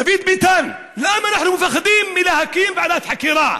דוד ביטן, למה אנחנו מפחדים להקים ועדת חקירה?